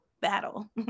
battle